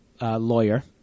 lawyer